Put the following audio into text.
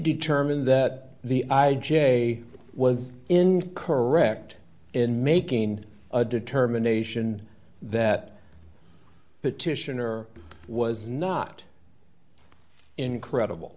determined that the i j was incorrect in making a determination that petitioner was not incredible